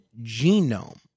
genome